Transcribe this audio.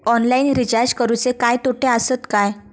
Online recharge करुचे काय तोटे आसत काय?